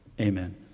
Amen